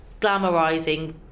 glamorizing